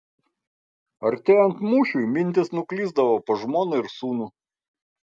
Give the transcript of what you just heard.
artėjant mūšiui mintys nuklysdavo pas žmoną ir sūnų